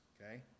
okay